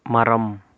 மரம்